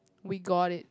we got it